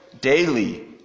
daily